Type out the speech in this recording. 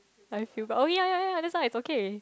I feel but oh ya ya ya that's why it's okay